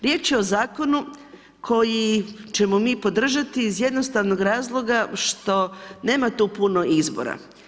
Riječ je o zakonu koji ćemo mi podržati iz jednostavnog razloga što nema tu puno izbora.